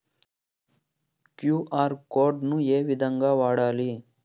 QR code ను ఏ విధంగా వాడాలి?